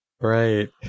Right